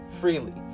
freely